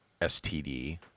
STD